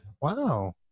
wow